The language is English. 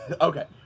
Okay